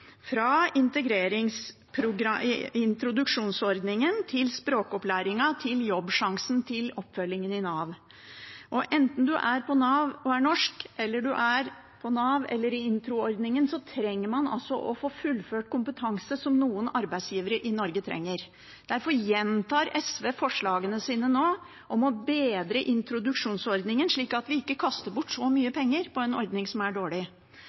fra introduksjonsordningen til språkopplæringen til Jobbsjansen til oppfølgingen i Nav. Enten en er på Nav og er norsk, eller en er på Nav og i introordningen, trenger man å få fullført kompetanse som noen arbeidsgivere i Norge trenger. Derfor gjentar SV forslagene sine nå om å bedre introduksjonsordningen, slik at vi ikke kaster bort så mye penger på en ordning som er dårlig.